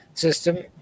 system